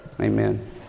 Amen